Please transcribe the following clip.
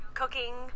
cooking